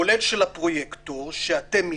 כולל של הפרויקטור שאתם מיניתם,